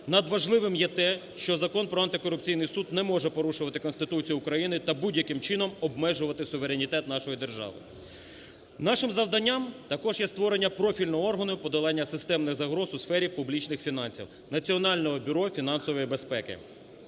надважливим є те, що Закон про антикорупційний суд не може порушувати Конституцію України та будь-яким чином обмежувати суверенітет нашої держави. Нашим завданням також є створення профільного органу і подолання системних загроз у сфері публічних фінансів – Національного бюро фінансової безпеки.